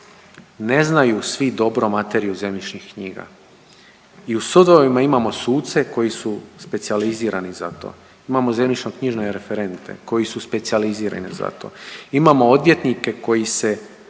Ne znaju svi dobro materiju zemljišnih knjiga. I u sudovima imamo suce koji su suce koji su specijalizirani za to, imamo zemljišno-knjižne referente koji su specijalizirani za to. Imamo odvjetnike koji se